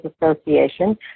Association